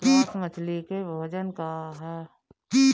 Grass मछली के भोजन का ह?